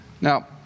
Now